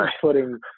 putting